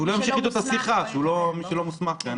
מי שלא מוסמך --- שלא ימשיך איתו את השיחה,